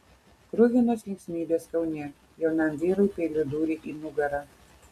kruvinos linksmybės kaune jaunam vyrui peiliu dūrė į nugarą